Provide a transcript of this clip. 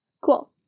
Cool